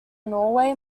norway